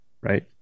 Right